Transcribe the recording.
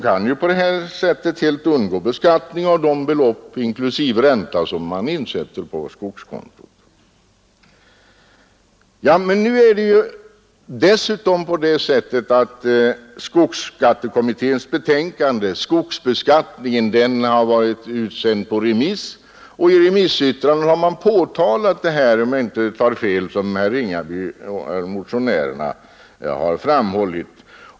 Skogsägarna kan på detta sätt helt undgå beskattning av de belopp som man insätter på skogskonto inklusive ränta. Nu övervägs skogsskattekommitténs betänkande — Skogsbeskattningen — inom finansdepartementet. Det har varit utsänt på remiss. I remissyttranden har man — om jag inte tar fel — fäst uppmärksamheten på vad motionärerna framhållit.